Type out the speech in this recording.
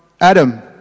Adam